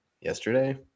yesterday